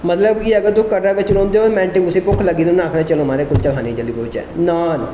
मतलब कि अगर तुस कटरा बिच्च रौंह्दे ओह् मिन्टे च कुसे गी भुक्ख लगी ना उनें आखना चलो महा्रज कुल्चा खाने गी चली पौह्चै नान खान